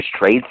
trade